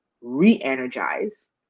re-energize